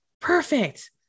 perfect